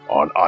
on